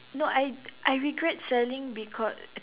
no I I regret selling because